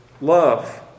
love